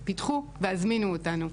פונה, פתחו והזמינו אותנו.